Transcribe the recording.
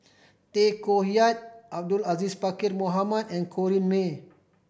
Tay Koh Yat Abdul Aziz Pakkeer Mohamed and Corrinne May